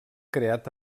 creat